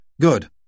Good